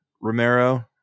Romero